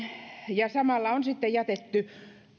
ja samalla on sitten jätetty